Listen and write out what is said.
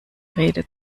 rede